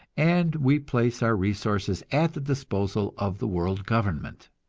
and we place our resources at the disposal of the world government.